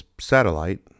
satellite